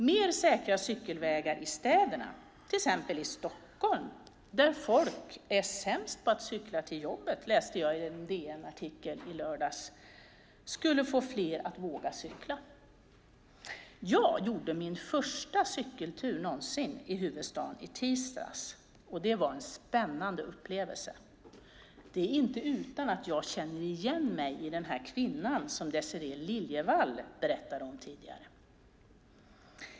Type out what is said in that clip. Mer säkra cykelvägar i städerna, till exempel i Stockholm - där folk är sämst på att cykla till jobbet, läste jag i en DN-artikel i lördags - skulle få fler att våga cykla. Jag gjorde min första cykeltur någonsin i huvudstaden i tisdags, och det var en spännande upplevelse. Det är inte utan att jag känner igen mig i kvinnan som Désirée Liljevall berättade om tidigare.